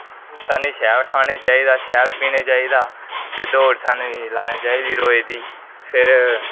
कन्ने शैल खाना चाहिदा शैल पीना चाहिदा दौड़ सानू लानी चाहिदी रोज दी फिर